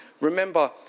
remember